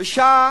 בשעה